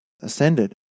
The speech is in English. ascended